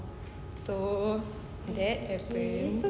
so that happen